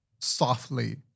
softly